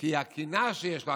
כי הקנאה שיש לו,